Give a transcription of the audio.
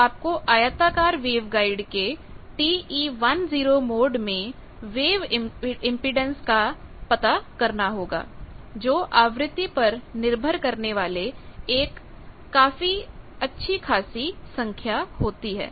अब आपको आयताकार वेवगाइड के TE10 मोड में वेव इम्पीडेन्स का पता करना होगा जो आवृत्ति पर निर्भर करने वाले एक काफी अच्छी खासी संख्या होती है